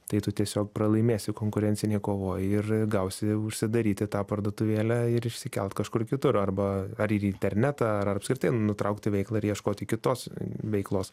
tai tu tiesiog pralaimėsi konkurencinėj kovoj ir gausi užsidaryti tą parduotuvėlę ir išsikelt kažkur kitur arba ar į internetą ar apskritai nutraukti veiklą ir ieškoti kitos veiklos